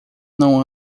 não